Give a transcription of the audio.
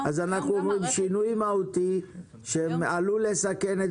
אנחנו אומרים שינוי מהותי שעלול לסכן את